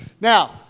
Now